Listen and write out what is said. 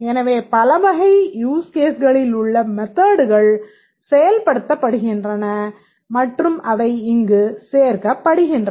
எனவே பலவகை யூஸ் கேஸ்களிலுள்ள மெத்தட்கள் செயல்படுத்தப்படுகின்றன மற்றும் அவை இங்கு சேர்க்கப்படுகின்றன